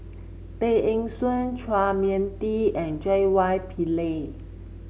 Tay Eng Soon Chua Mia Tee and J Y Pillay